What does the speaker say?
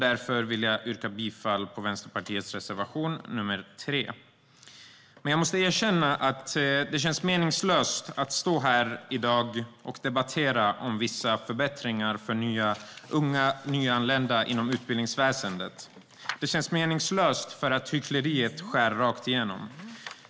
Därför yrkar jag bifall till Vänsterpartiets reservation, nr 3. Men jag måste erkänna att känns meningslöst att stå här i dag och debattera om vissa små förbättringar för unga nyanlända inom utbildningsväsendet. Det känns meningslöst för att hyckleriet skär rakt igenom.